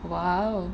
!wow!